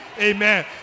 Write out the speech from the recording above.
Amen